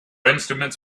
instruments